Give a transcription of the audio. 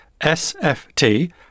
sft